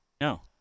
No